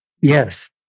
Yes